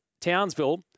Townsville